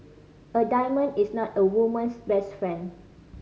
a diamond is not a woman's best friend